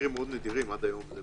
אם